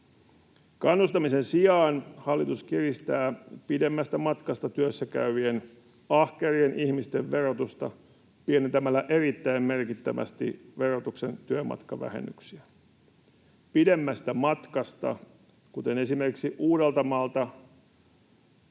Kannustamisen sijaan hallitus kiristää pidemmältä matkalta työssä käyvien, ahkerien ihmisten verotusta pienentämällä erittäin merkittävästi verotuksen työmatkavähennyksiä. Pidemmästä matkasta, kuten esimerkiksi Uudeltamaalta,